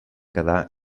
quedà